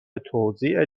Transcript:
توزیع